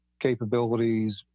capabilities